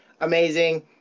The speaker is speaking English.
amazing